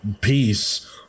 peace